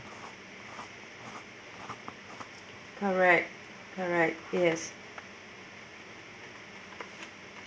correct correct yes